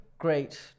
great